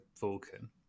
Vulcan